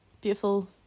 beautiful